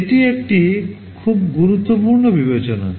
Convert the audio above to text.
এটি একটি খুব গুরুত্বপূর্ণ বিবেচনা